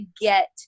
get